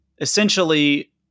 essentially